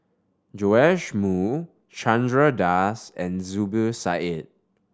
Joash Moo Chandra Das and Zubir Said